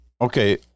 Okay